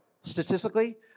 Statistically